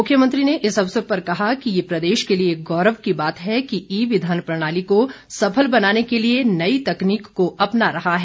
मुख्यमंत्री ने इस अवसर पर कहा कि यह प्रदेश के लिए गौरव की बात है कि ई विधान प्रणाली को सफल बनाने के लिए नई तकनीक को अपना रहा है